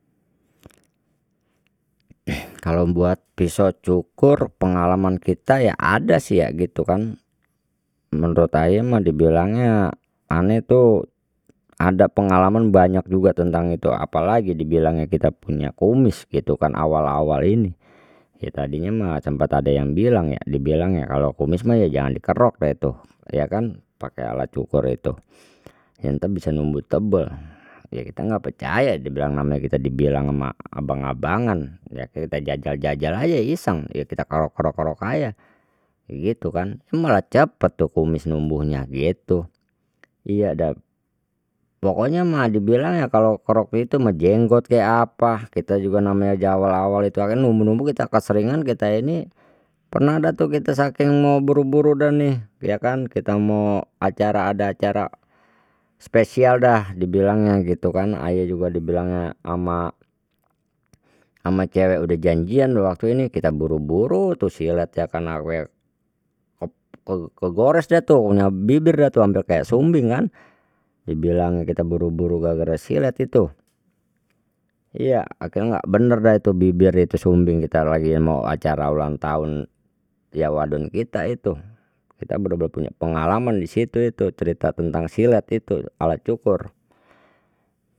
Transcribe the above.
Kalau buat pisau cukur pengalaman kita ya ada sih ya gitu kan, menurut dibilangnya ane tuh ada pengalaman banyak juga tentang itu, apalagi dibilangnya kita punya kumis gitu kan awal awal ini, ya tadinya mah sempat ada yang bilang ya dibilangnya kalau kumis mah ya jangan dikerok deh itu ya kan pakai alat cukur itu, yang ntar bisa numbuh tebel ya kita enggak percaya dia bilang namanya kita dibilang sama abang abangan ya kita jajal jajal aje iseng ya kita kerok kerok kerok aja begitu kan eh cepet tuh kumis numbuhnya gitu, iya dah pokoknya mah dibilang ya kalau kerok itu mah jenggot kek apa kita juga namanya diawal awal itu akhirnya numbuh numbuh ge kita keseringan kita ini pernah datang kita saking mau buru buru dah nih ya kan kita mau acara ada acara spesial dah dibilangnya gitu kan aye juga dibilangnya ama ama cewek udah janjian waktu ini kita buru buru tu silet kegores deh tuh punya bibir dah tuh ampe kayak sumbing kan, dibilang kita buru buru kagak ada silet itu, iya akhirnya nggak bener dah tu bibir itu sumbing kita lagi mau acara ulang tahun ya wadon kita itu kita bener bener punya pengalaman disitu itu cerita tentang silet itu alat cukur